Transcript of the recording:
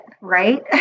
right